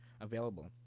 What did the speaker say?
available